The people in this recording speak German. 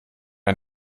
ein